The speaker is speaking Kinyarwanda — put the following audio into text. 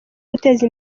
guteza